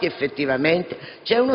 effettivamente